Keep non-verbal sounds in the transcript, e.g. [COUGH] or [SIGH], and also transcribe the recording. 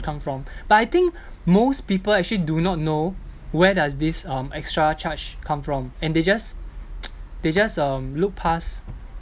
come from but I think most people actually do not know where does this um extra charge come from and they just [NOISE] they just um look past